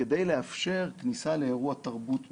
כדי לאפשר כניסה לאירוע תרבות מסוים.